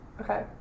Okay